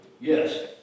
Yes